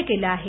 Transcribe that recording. केलं आहे